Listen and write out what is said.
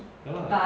ya lah